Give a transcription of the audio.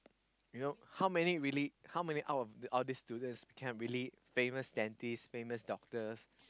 you know how many really how many out out of these students become really famous dentist famous doctors